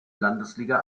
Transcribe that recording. landesliga